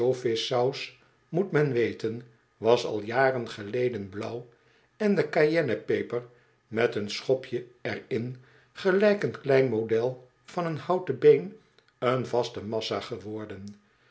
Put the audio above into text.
ansjovis saus moet men weten was al jaren geleden blauw en do cayennepeper met een schopje er in gelijk een klein model van een houten been een vaste massa geworden